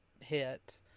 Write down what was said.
hit